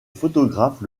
photographe